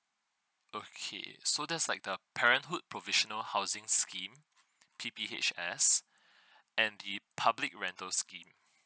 okay so that's like the parenthood provisional housing scheme P_P_H_S and the public rental scheme